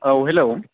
औ हेल्लो